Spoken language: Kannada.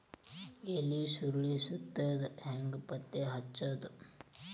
ಎಲಿ ಸುರಳಿ ಸುತ್ತಿದ್ ಹೆಂಗ್ ಪತ್ತೆ ಹಚ್ಚದ?